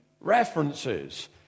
references